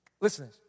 Listen